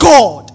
God